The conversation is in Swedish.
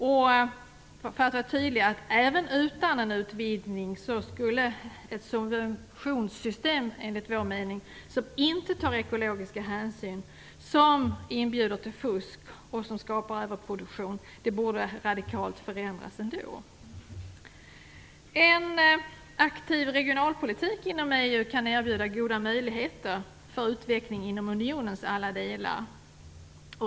För att vara tydlig vill jag säga: Även utan en utvidgning borde enligt vår mening ett subventionssystem som inte tar ekologiska hänsyn, som inbjuder till fusk och som skapar överproduktion radikalt förändras. En aktiv regionalpolitik inom EU kan erbjuda goda möjligheter till utveckling inom unionens alla delar.